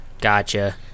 Gotcha